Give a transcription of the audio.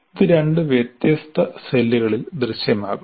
ഇത് രണ്ട് വ്യത്യസ്ത സെല്ലുകളിൽ ദൃശ്യമാകും